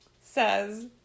says